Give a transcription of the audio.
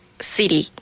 city